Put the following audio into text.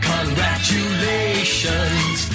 Congratulations